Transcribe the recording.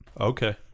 Okay